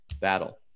battle